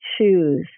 choose